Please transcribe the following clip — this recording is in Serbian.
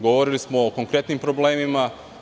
Govorili smo o konkretnim problemima.